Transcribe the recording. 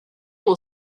will